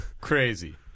Crazy